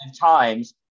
Times